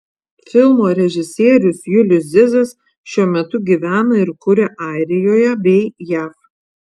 filmo režisierius julius zizas šiuo metu gyvena ir kuria airijoje bei jav